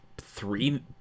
three